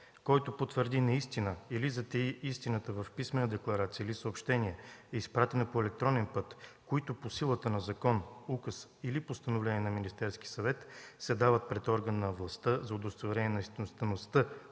„Който потвърди неистина или затаи истината в писмена декларация или съобщение, изпратено по електронен път, които по силата на закон, указ или постановление на Министерския съвет се дават пред орган на властта за удостоверение на истинността